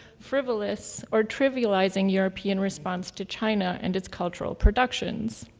frivolous, or trivializing european response to china and its cultural productions.